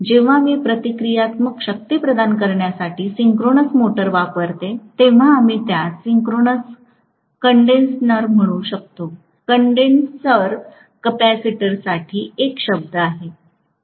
जेव्हा मी प्रतिक्रियात्मक शक्ती प्रदान करण्यासाठी सिंक्रोनस मोटर वापरते तेव्हा आम्ही त्यास सिंक्रोनस कंडेनसर म्हणू शकतो कंडेनसर कॅपेसिटरसाठी एक शब्द आहे